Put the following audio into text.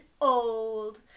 old